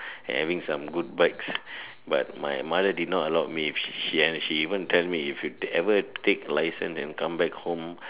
having some good bikes but my mother did not allowed me she and she even tell me if you take ever take license and come home